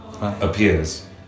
appears